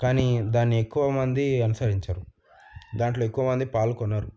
కానీ దాన్ని ఎక్కువమంది అనుసరించరు దాంట్లో ఎక్కువమంది పాల్గొనరు